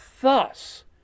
Thus